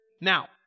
Now